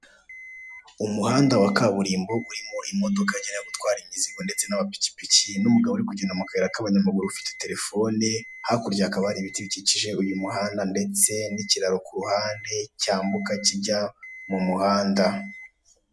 Umuhanda wa kaburimbo urimo imodoka yagenewe gutwara imizigo ndetse n'amapikipiki n'umugabo uri kugenda mu kayira k'abanyamaguru ufite terefone, hakurya hakaba hari ibiti bikikije uyu muhanda ndetse n'ikiraro ku ruhande cyambuka kijya mu muhanda.